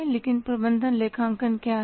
लेकिन प्रबंधन लेखांकन क्या है